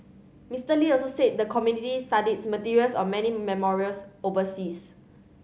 Mister Lee also said the committee studies materials on many memorials overseas